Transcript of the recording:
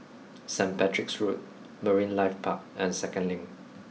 St Patrick's Road Marine Life Park and Second Link